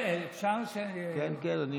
אפשר, כן, כן, אני